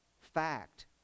fact